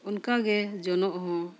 ᱚᱱᱠᱟ ᱜᱮ ᱡᱚᱱᱚᱜ ᱦᱚᱸ